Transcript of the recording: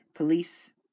Police